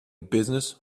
business